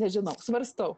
nežinau svarstau